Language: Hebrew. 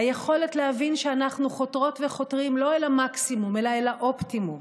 היכולת להבין שאנחנו חותרות וחותרים לא אל המקסימום אלא אל האופטימום,